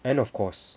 and of course